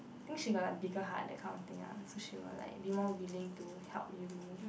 think she got like bigger heart that kind of thing lah so she will like be more willing to help you